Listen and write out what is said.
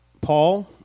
Paul